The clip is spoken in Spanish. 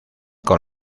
con